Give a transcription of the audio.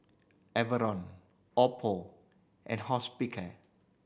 Oppo and Hospicare